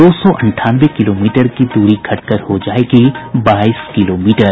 दो सौ अंठानवे किलोमीटर की दूरी घटकर हो जायेगी बाईस किलोमीटर